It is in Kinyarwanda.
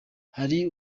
hari